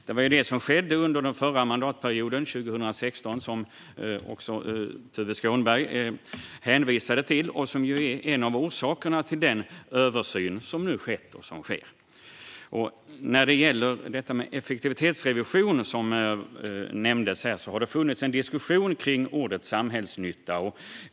Detta skedde 2016, något som också Tuve Skånberg hänvisade till, och det är en av orsakerna till den översyn som skett och sker. När det gäller effektivitetsrevisionen, som nämndes här, har det funnits en diskussion kring ordet "samhällsnytta".